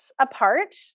apart